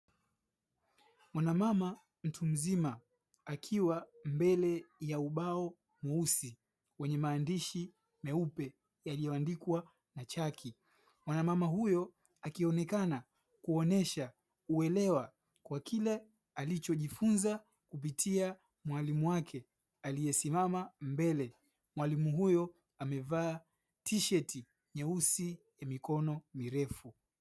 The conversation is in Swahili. Mwanamama mtu mzima akiwa mbele ya ubao mweusi; wenye maandishi meupe yaliyoandikwa na chaki. Mwanamama huyo akionekana kuonesha uelewa, kwa kile alichojifunza kupitia mwalimu wake aliyesimama mbele. Mwalimu huyo amevaa tisheti nyeusi ya mikono mirefu.